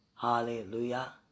Hallelujah